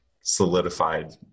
solidified